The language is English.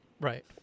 right